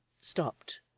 stopped